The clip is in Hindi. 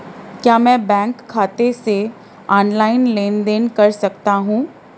क्या मैं बैंक खाते से ऑनलाइन लेनदेन कर सकता हूं?